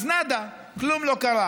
אז נאדה, כלום לא קרה.